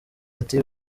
ati